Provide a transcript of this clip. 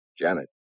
Janet